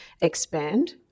expand